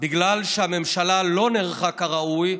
בגלל שהממשלה לא נערכה כראוי,